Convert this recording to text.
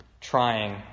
trying